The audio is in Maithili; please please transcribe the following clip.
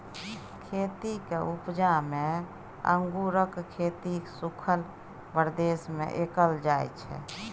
खेतीक उपजा मे अंगुरक खेती सुखल प्रदेश मे कएल जाइ छै